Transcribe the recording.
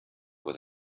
with